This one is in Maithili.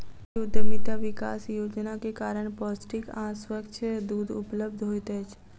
डेयरी उद्यमिता विकास योजना के कारण पौष्टिक आ स्वच्छ दूध उपलब्ध होइत अछि